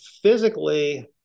physically